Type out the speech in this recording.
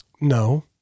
No